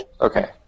Okay